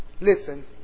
Listen